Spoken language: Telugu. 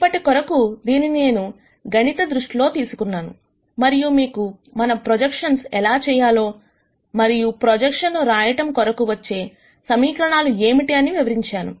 ఇప్పటి కొరకు దీనిని నేను గణిత దృష్టి తీసుకున్నాను మరియు మీకు మనము ప్రొజెక్షన్స్ ఎలా చేయాలో మరియు ప్రొజెక్షన్స్ ను రాయటం కొరకు వచ్చే సమీకరణాలు ఏమిటి అని వివరించాను